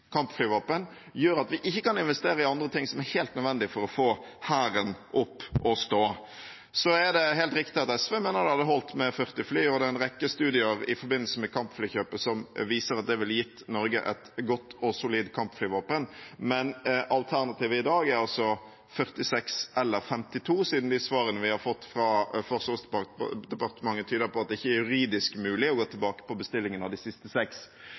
gjør at vi ikke kan investere i andre ting som er helt nødvendige for å få Hæren opp og stå. Det er helt riktig at SV mener det hadde holdt med 40 fly, og det er en rekke studier i forbindelse med kampflykjøpet som viser at det ville gitt Norge et godt og solid kampflyvåpen. Men alternativet i dag er altså 46 eller 52, siden svarene vi har fått fra Forsvarsdepartementet, tyder på at det ikke er juridisk mulig å gå tilbake på bestillingen av de siste seks.